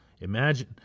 Imagine